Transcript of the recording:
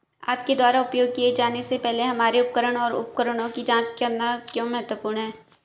आपके द्वारा उपयोग किए जाने से पहले हमारे उपकरण और उपकरणों की जांच करना क्यों महत्वपूर्ण है?